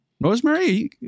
Rosemary